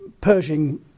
Pershing